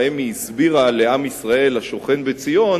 ובהם היא הסבירה לעם ישראל השוכן בציון